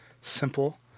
simple